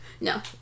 No